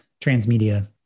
transmedia